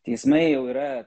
teismai jau yra